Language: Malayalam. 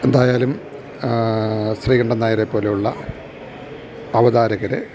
എന്തായാലും ശ്രീകണ്ഠന് നായരെപോലെയുള്ള അവതാരകര്